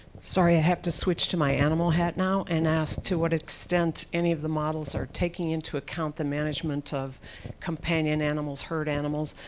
sorry i have to switch to my animal hat now and ask to what extent any of the models are taking into account the management of companion animals, herd animals.